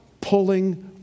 pulling